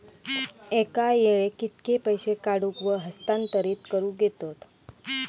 एका वेळाक कित्के पैसे काढूक व हस्तांतरित करूक येतत?